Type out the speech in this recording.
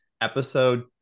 episode